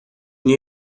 nie